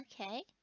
okay